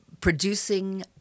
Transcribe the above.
producing